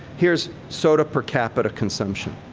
here's soda per capita consumption.